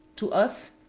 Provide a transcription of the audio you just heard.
to us,